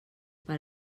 per